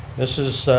mrs.